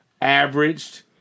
averaged